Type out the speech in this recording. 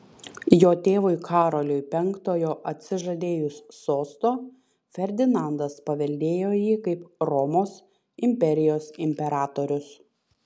jo tėvui karoliui penktojo atsižadėjus sosto ferdinandas paveldėjo jį kaip romos imperijos imperatorius